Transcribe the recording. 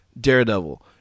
Daredevil